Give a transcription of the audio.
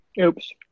Oops